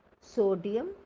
sodium